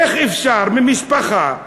איך אפשר במשפחה?